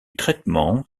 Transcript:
traitement